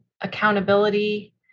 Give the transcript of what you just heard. accountability